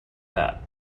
that